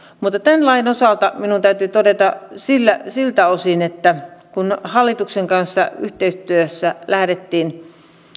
mutta tämän lain osalta minun täytyy todeta siltä osin että kun hallituksen kanssa yhteistyössä lähdettiin